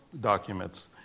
documents